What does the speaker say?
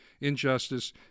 injustice